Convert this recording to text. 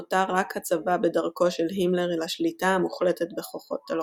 נותר רק הצבא בדרכו של הימלר אל השליטה המוחלטת בכוחות הלוחמים.